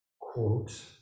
quote